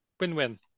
Win-win